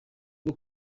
bwo